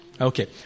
Okay